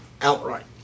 outright